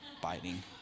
biting